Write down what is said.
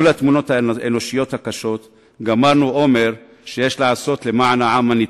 מול התמונות האנושיות הקשות גמרנו אומר שיש לעשות למען העם הנדכא.